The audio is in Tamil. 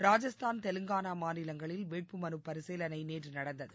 ராஜஸ்தான் தெலங்கானா மாநிலங்களில் வேட்புமனு பரிசீலனை நேற்று நடந்தது